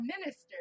minister